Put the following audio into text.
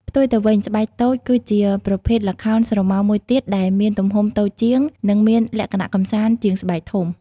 ផ្ទុយទៅវិញ ស្បែកតូច គឺជាប្រភេទល្ខោនស្រមោលមួយទៀតដែលមានទំហំតូចជាង និងមានលក្ខណៈកម្សាន្តជាងស្បែកធំ។